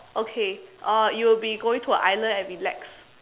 okay uh you will be going to an island and relax